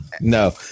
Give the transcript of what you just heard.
No